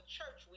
church